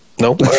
Nope